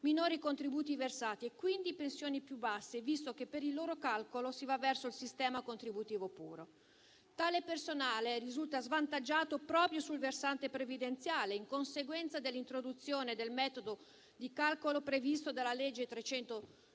minori contributi versati e quindi pensioni più basse, visto che per il loro calcolo si va verso il sistema contributivo puro. Tale personale risulta svantaggiato proprio sul versante previdenziale in conseguenza dell'introduzione del metodo di calcolo previsto dalla legge n.